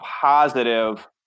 positive